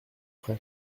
près